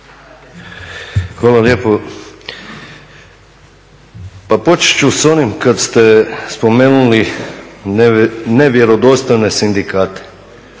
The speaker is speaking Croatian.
Hvala lijepo. Pa počet ću s onim kad ste spomenuli nevjerodostojne sindikate.